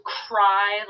cry